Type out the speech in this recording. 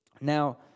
Now